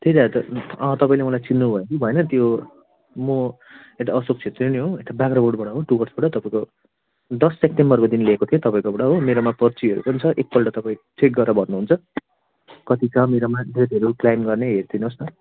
त्यही त तपाईँले मलाई चिन्नु भयो कि भएन त्यो म यता अशोक छेत्री नै हुँ यता बाग्राकोटबाट हुँ डुवर्सबाट तपाईँको दस सेप्टेम्बरको दिन लिएको थिएँ तपाईँकोबाट हो मेरोमा पर्चीहरू पनि छ एक पल्ट तपाईँ चेक गरेर भन्नु हुन्छ कति छ मेरोमा डेटहरू क्लेम गर्ने हेरिदिनु होस् न